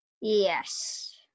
Yes